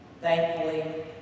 thankfully